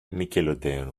nickelodeon